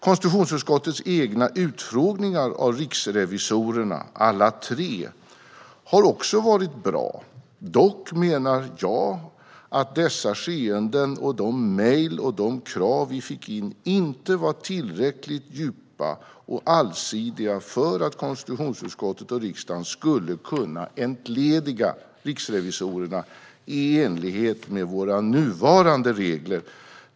Konstitutionsutskottets egna utfrågningar av riksrevisionerna, alla tre, har också varit bra. Dock menar jag att dessa skeenden och de mejl och krav vi fick in inte var tillräckligt djupa och allsidiga för att konstitutionsutskottet och riksdagen skulle kunna entlediga riksrevisorerna i enlighet med våra nuvarande regler.